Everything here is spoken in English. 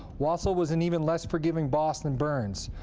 wassel was an even less forgiving boss than berns.